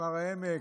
משמר העמק,